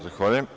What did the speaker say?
Zahvaljujem.